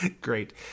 Great